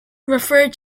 referred